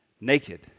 naked